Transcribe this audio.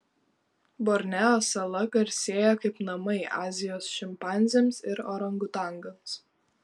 borneo sala garsėja kaip namai azijos šimpanzėms ir orangutangams